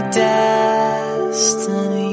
destiny